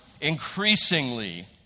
increasingly